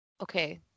Okay